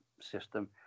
system